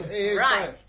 Right